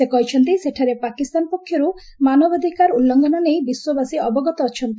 ସେ କହିଛନ୍ତି ସେଠାରେ ପାକିସ୍ତାନ ପକ୍ଷରୁ ମାନବାଧିକାର ଉଲ୍ଲଂଘନ ନେଇ ବିଶ୍ୱବାସୀ ଅବଗତ ଅଛନ୍ତି